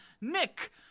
Nick